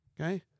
Okay